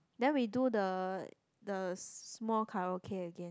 then we do the the small karaoke again